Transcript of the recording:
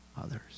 others